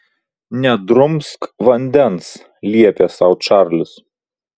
nedrumsk vandens liepė sau čarlis